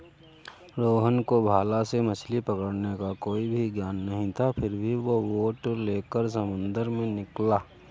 रोहन को भाला से मछली पकड़ने का कोई भी ज्ञान नहीं था फिर भी वो बोट लेकर समंदर में निकला